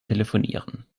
telefonieren